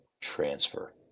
transfer